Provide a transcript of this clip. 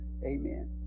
amen